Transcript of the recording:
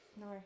No